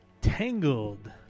tangled